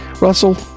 Russell